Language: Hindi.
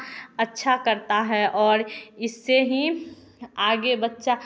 अच्छा करता है और इससे ही आगे बच्चा